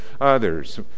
others